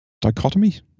Dichotomy